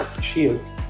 Cheers